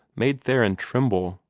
made theron tremble.